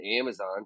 Amazon